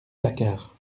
placards